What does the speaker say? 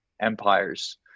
empires